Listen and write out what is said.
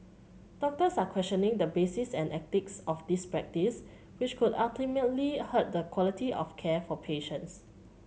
doctors are questioning the basis and ethics of this practice which could ultimately hurt the quality of care for patients